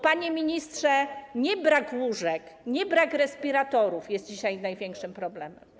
Panie ministrze, to nie brak łóżek, to nie brak respiratorów jest dzisiaj największym problemem.